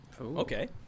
okay